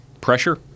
pressure